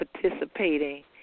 participating